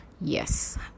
Yes